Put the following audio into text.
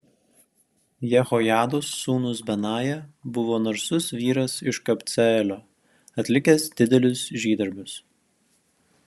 jehojados sūnus benaja buvo narsus vyras iš kabceelio atlikęs didelius žygdarbius